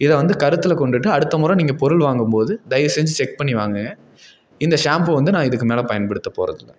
இதை வந்து கருத்தில் கொண்டுட்டு அடுத்த முற நீங்கள் பொருள் வாங்கும் போது தயவுசெஞ்சு செக் பண்ணி வாங்குங்க இந்த ஷாம்புவை வந்து நான் இதுக்கு மேலே பயன்படுத்தப் போகிறது இல்லை